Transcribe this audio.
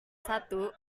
satu